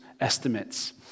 estimates